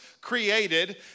created